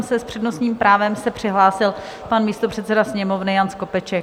S přednostním právem se přihlásil pan místopředseda Sněmovny Jan Skopeček.